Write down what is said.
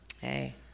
Hey